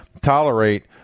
tolerate